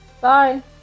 Bye